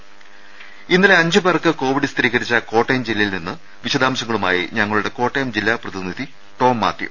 രുമ ഇന്നലെ അഞ്ചുപേർക്ക് കോവിഡ് സ്ഥിരീകരിച്ച കോട്ടയം ജില്ലയിൽനിന്ന് വിശദാംശങ്ങളുമായി ഞങ്ങളുടെ കോട്ടയം ജില്ലാ പ്രതിനിധി ടോം മാത്യു